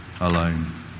alone